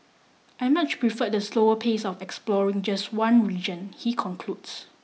I much preferred the slower pace of exploring just one region he concludes